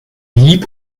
hieb